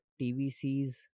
TVCs